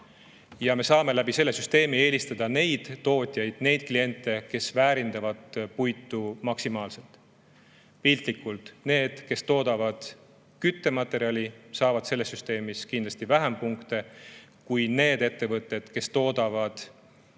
Me saame selle süsteemiga eelistada neid tootjaid, neid kliente, kes väärindavad puitu maksimaalselt. Piltlikult öeldes saavad need, kes toodavad küttematerjali, selles süsteemis kindlasti vähem punkte kui need ettevõtted, kes toodavad tooteid,